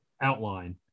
outline